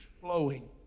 flowing